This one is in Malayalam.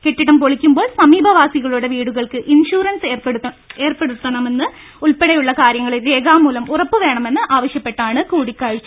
കെട്ടിടം പൊളിക്കുമ്പോൾ സമീപവാസിക ളുടെ വീടുകൾക്ക് ഇൻഷുറൻസ് ഏർപ്പെടുത്തുന്നത് ഉൾപ്പെടെ കാര്യങ്ങളിൽ രേഖാമൂലം ഉറപ്പ് വേണമെന്ന് ആവശ്യപ്പെട്ടാണ് കൂടി ക്കാഴ്ച